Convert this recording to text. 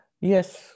Yes